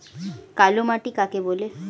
কালো মাটি কাকে বলে?